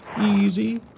easy